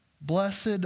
Blessed